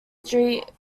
street